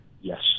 Yes